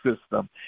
system